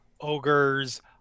ogres